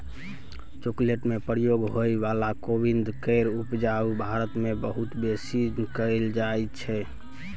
chocolate में प्रयोग होइ बला कोविंद केर उपजा भारत मे बहुत बेसी कएल जाइ छै